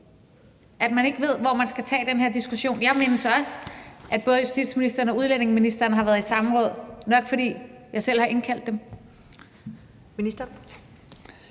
at man ikke ved, hvor man skal tage den her diskussion? Jeg mindes også, at både justitsministeren og udlændinge- og integrationsministeren har været i samråd – nok fordi jeg selv har indkaldt dem.